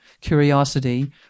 curiosity